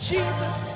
Jesus